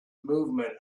movement